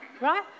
right